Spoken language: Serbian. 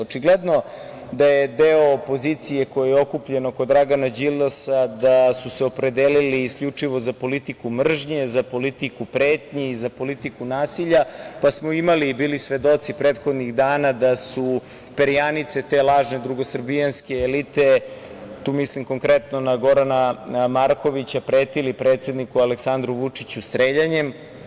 Očigledno da je deo opozicije koji je okupljen oko Dragana Đilasa, da su se opredelili isključivo za politiku mržnje, za politiku pretnji i za politiku nasilja, pa smo imali i bili svedoci prethodnih dana, da su perijanice te lažne drugosrbijanske elite, tu mislim konkretno na Gorana Markovića, pretili predsedniku Aleksandru Vučiću streljanjem.